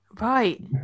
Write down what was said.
Right